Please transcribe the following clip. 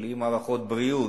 בלי מערכות בריאות,